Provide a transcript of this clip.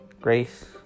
Grace